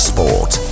Sport